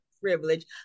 privilege